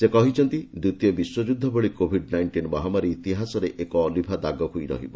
ସେ କହିଛନ୍ତି ଦ୍ୱିତୀୟ ବିଶ୍ୱଯ୍ରଦ୍ଧ ଭଳି କୋଭିଡ ନାଇଷ୍ଟିନ ମହାମାରୀ ଇତିହାସରେ ଏକ ଅଲିଭାଦାଗ ହୋଇ ରହିବ